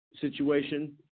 situation